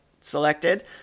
selected